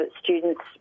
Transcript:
students